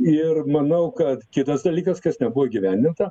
ir manau kad kitas dalykas kas nebuvo įgyvendinta